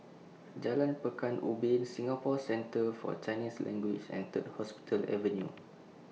Jalan Pekan Ubin Singapore Centre For Chinese Language and Third Hospital Avenue